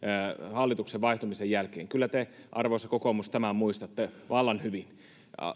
hallituksen vaihtumisen jälkeen kyllä te arvoisa kokoomus tämän muistatte vallan hyvin